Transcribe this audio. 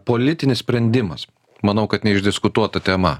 politinis sprendimas manau kad neišdiskutuota tema